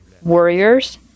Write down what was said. warriors